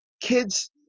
Kids